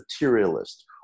materialist